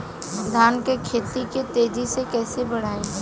धान क खेती के तेजी से कइसे बढ़ाई?